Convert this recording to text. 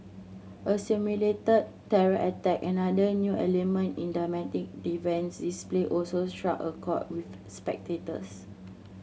a simulated terror attack another new element in the dynamic defence display also struck a chord with spectators